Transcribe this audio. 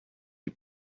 die